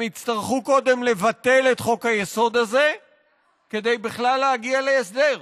הם יצטרכו קודם לבטל את חוק-היסוד הזה כדי בכלל להגיע להסדר.